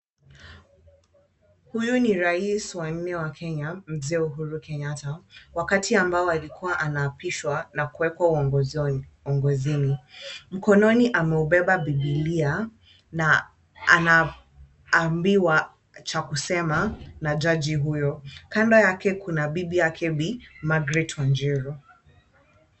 Huyu ni rais wa nne wa Kenya Mzee uhuru Kenyatta. Wakati ambao alikua anaapishwa na kuwekwa uongozini. Mkononi ameubeba biblia na anaambiwa cha kusema na jaji huyo. Kando yake kuna bibi yake Bi. Magret Wanjiru.